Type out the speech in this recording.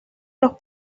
los